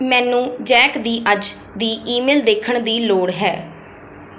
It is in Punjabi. ਮੈਨੂੰ ਜੈਕ ਦੀ ਅੱਜ ਦੀ ਈਮੇਲ ਦੇਖਣ ਦੀ ਲੋੜ ਹੈ